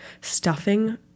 stuffing